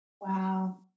Wow